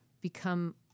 become